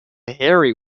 harry